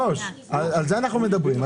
היושב-ראש, על זה אנחנו מדברים.